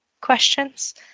questions